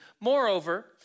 Moreover